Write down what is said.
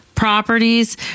Properties